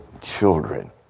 children